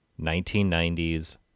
1990's